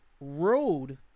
road